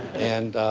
and